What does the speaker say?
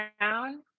down